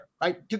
right